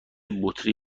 بطری